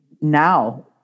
now